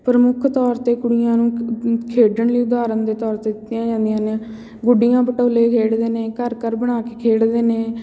ਪ੍ਰਮੁੱਖ ਤੌਰ 'ਤੇ ਕੁੜੀਆਂ ਨੂੰ ਖੇਡਣ ਲਈ ਉਦਾਹਰਨ ਦੇ ਤੌਰ 'ਤੇ ਦਿੱਤੀਆਂ ਜਾਂਦੀਆਂ ਨੇ ਗੁੱਡੀਆਂ ਪਟੋਲੇ ਖੇਡਦੇ ਨੇ ਘਰ ਘਰ ਬਣਾ ਕੇ ਖੇਡਦੇ ਨੇ